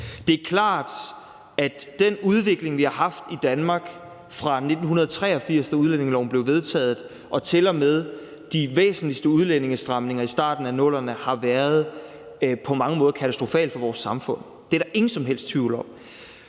Det er klart, at den udvikling, vi har haft i Danmark fra 1983, da udlændingeloven blev vedtaget, og til og med de væsentligste udlændingestramninger i starten af 00'erne, på mange måder har været katastrofal for vores samfund. Det er der ingen som helst tvivl om.